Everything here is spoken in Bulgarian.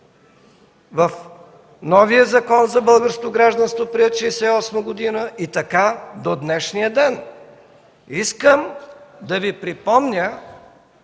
в новия Закон за българското гражданство, приет през 1968 г., и така до днешния ден. Искам да Ви припомня